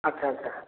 ଆଛା ଆଛା